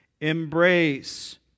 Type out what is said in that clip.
Embrace